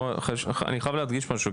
אני חייב להדגיש משהו,